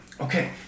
Okay